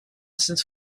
since